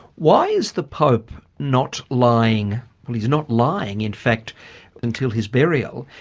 why is the pope not lying, well he's not lying in fact until his burial,